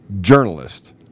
journalist